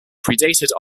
predated